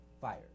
fired